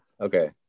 okay